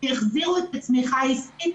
יחזירו את הצמיחה העסקית,